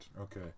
Okay